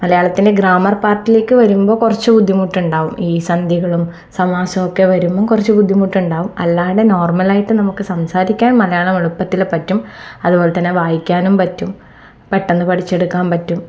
മലയാളത്തിലെ ഗ്രാമർ പാർട്ടിലേക്ക് വരുമ്പോൾ കുറച്ചു ബുദ്ധിമുട്ടുണ്ടാകും ഈ സന്ധികളും സമാസമൊക്കെ വരുമ്പോൾ കുറച്ചു ബുദ്ധിമുട്ടുണ്ടാകും അല്ലാണ്ട് നോർമലായിട്ട് നമുക്ക് മലയാളം സംസാരിക്കാൻ മലയാളം എളുപ്പത്തില് പറ്റും അതുപോലെ തന്നെ വായിക്കാനും പറ്റും പെട്ടെന്ന് പഠിച്ചെടുക്കാൻ പറ്റും